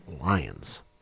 Lions